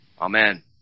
Amen